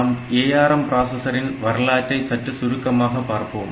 நாம் ARM பிராசஸரின் வரலாற்றை சற்று சுருக்கமாக பார்ப்போம்